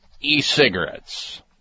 e-cigarettes